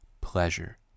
pleasure